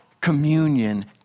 communion